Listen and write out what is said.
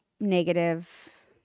Negative